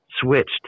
switched